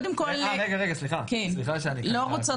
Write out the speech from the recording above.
רגע, סליחה, אנחנו רוצות